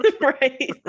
right